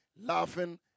laughing